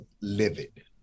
livid